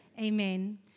Amen